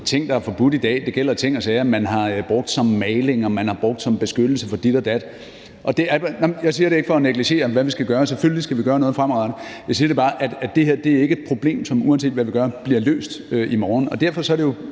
her er ikke et problem, som, uanset hvad vi gør, bliver løst i morgen,